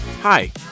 Hi